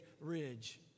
Ridge